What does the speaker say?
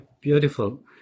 beautiful